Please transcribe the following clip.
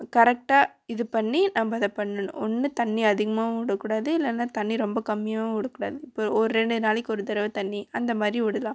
கரெக்டாக இது பண்ணி நம்ம அதை பண்ணனணும் ஒன்று தண்ணி அதிகமாகவும் விடக்கூடாது இல்லைனா தண்ணி ரொம்ப கம்மியாகவும் விடக்கூடாது இப்போ ஒரு ரெண்டு நாளைக்கு ஒரு தடவ தண்ணி அந்த மாதிரி விடலாம்